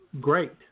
great